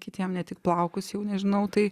kitiems ne tik plaukus jau nežinau tai